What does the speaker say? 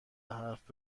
حرف